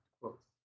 quotes